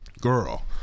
Girl